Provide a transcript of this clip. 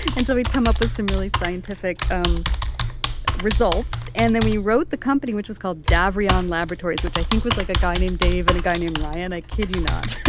and so we'd come up with some really scientific um results. and then we wrote the company, which was called davran laboratories, which i think was like a guy named dave and a guy named ryan. i kid you not.